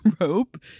rope